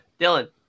Dylan